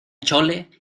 chole